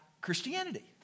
Christianity